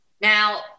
Now